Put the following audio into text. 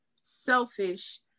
selfish